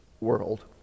world